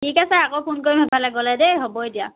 ঠিক আছে আকৌ ফোন কৰিম সেইফালে গ'লে দেই হ'ব এতিয়া